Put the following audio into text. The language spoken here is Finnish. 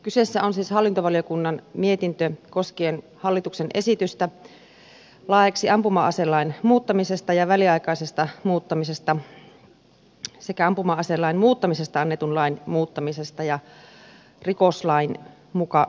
kyseessä on siis hallintovaliokunnan mietintö koskien hallituksen esitystä laeiksi ampuma aselain muuttamisesta ja väliaikaisesta muuttamisesta sekä ampuma aselain muuttamisesta annetun lain muuttamisesta ja rikoslain muuttamisesta